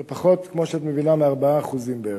זה פחות, כמו שאת מבינה, מ-4% בערך.